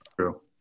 True